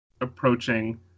approaching